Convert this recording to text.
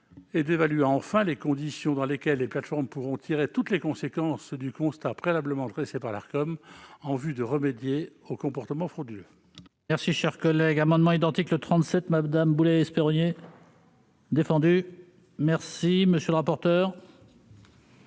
d'évaluer les conditions dans lesquelles les plateformes pourront tirer toutes les conséquences du constat préalablement dressé par l'Arcom en vue de remédier aux comportements frauduleux.